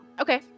okay